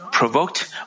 provoked